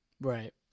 Right